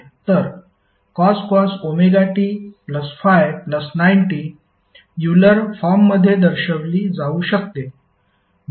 तर cos ωt∅90 Euler फॉर्ममध्ये दर्शविली जाऊ शकते